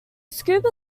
scuba